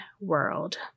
world